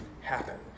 happen